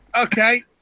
Okay